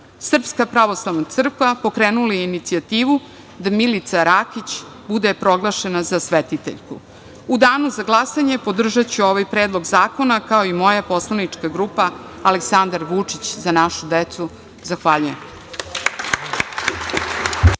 Srpska pravoslavna crkva pokrenula je inicijativu da Milica Rakić bude proglašena za svetiteljku.U danu za glasanje podržaću ovaj predlog zakona, kao i moja poslanička grupa Aleksandar Vučić – za našu decu. Zahvaljujem.